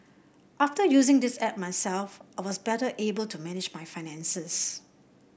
after using this app myself I was better able to manage my finances